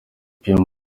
ethiopia